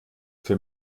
für